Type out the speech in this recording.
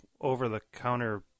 over-the-counter